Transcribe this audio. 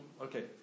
Okay